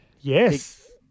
Yes